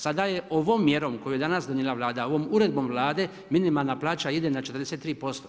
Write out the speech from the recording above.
Sada ovom mjerom koju je danas donijela Vlada, ovom uredbom Vlade, minimalna plaća ide na 43%